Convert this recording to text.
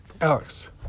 Alex